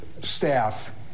staff